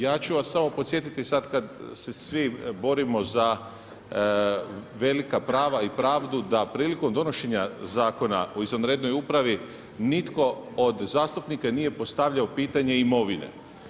Ja ću vas samo podsjetiti sada kada se svi borimo za velika prava i pravdu, da prilikom donošenja Zakona o izvanrednoj upravi nitko od zastupnika nije postavljao pitanje imovine.